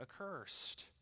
accursed